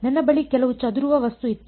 ನನ್ನ ಬಳಿ ಕೆಲವು ಚದುರುವ ವಸ್ತು ಇತ್ತು